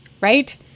right